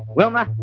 wilma,